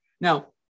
Now